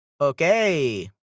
Okay